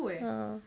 a'ah